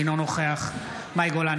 אינו נוכח מאי גולן,